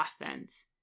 offense